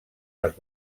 les